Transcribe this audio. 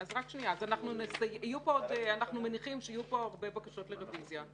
אנחנו מניחים שיהיו פה הרבה בקשות לרביזיה.